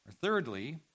Thirdly